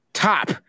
Top